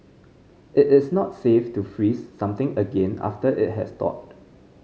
it is not safe to freeze something again after it has thawed